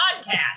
podcast